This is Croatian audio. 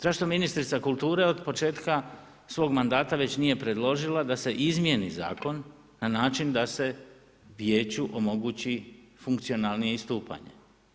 Zašto ministrica kulture od početka svog mandata već nije predložila da se izmijeni Zakon na način da se Vijeću omogući funkcionalnije istupanje.